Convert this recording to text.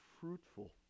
fruitful